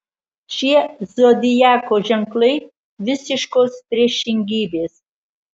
šie zodiako ženklai visiškos priešingybės